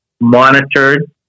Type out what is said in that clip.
monitored